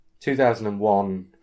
2001